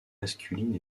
masculines